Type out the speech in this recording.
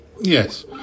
Yes